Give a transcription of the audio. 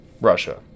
Russia